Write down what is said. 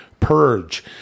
purge